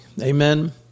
Amen